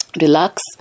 relax